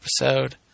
episode